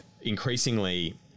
increasingly